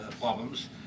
problems